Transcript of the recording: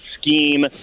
scheme